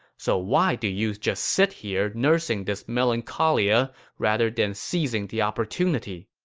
so why do you just sit here nursing this melancholia rather than seizing the opportunity?